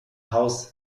haus